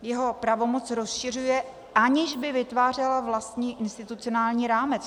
Jeho pravomoc rozšiřuje, aniž by vytvářela vlastní institucionální rámec.